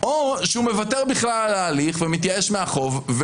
או שהוא מוותר בכלל על ההליך ומתייאש מהחוב,